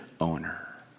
owner